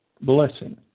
blessing